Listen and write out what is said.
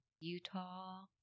utah